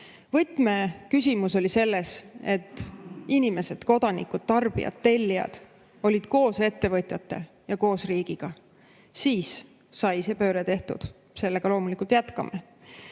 Võtmeküsimus oli selles, et inimesed, kodanikud, tarbijad, tellijad olid koos ettevõtjatega ja koos riigiga. Siis sai see pööre tehtud. Sellega loomulikult jätkame.